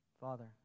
Father